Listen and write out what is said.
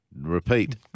Repeat